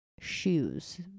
shoes